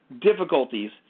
difficulties